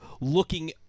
looking